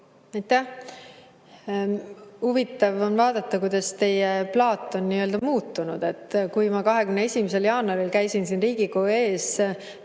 Huvitav on vaadata, kuidas teie plaat on muutunud. Kui ma 21. jaanuaril käisin siin Riigikogu ees